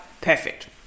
perfect